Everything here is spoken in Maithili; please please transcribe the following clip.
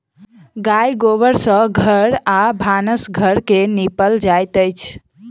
गाय गोबर सँ घर आ भानस घर के निपल जाइत अछि